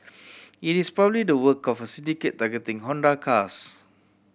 it is probably the work of a syndicate targeting Honda cars